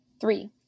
Three